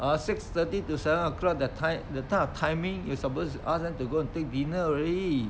around six thirty to seven o'clock that ti~ that kind of timing you're supposed to ask them to go take dinner already